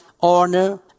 honor